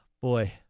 boy